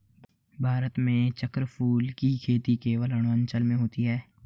भारत में चक्रफूल की खेती केवल अरुणाचल में होती है